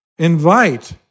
Invite